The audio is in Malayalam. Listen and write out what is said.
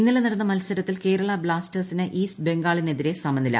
ഇന്നലെ നട്ട്ണ മത്സരത്തിൽ കേരള ബ്ലാസ്റ്റേഴ്സിന് ഈസ്റ്റ് ബംഗാളിന്റെതിരെ സമനില